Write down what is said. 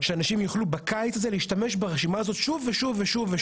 שאנשים יוכלו בקיץ הזה להשתמש ברשימה הזאת שוב ושוב.